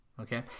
Okay